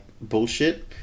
bullshit